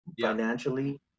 financially